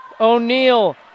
O'Neal